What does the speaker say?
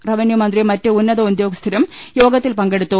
റവന്യൂമന്ത്രിയും മറ്റ് ഉന്നത ഉദ്യോഗസ്ഥരും യോഗത്തിൽ പങ്കെടുത്തു